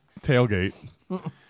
tailgate